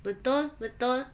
betul betul